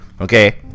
Okay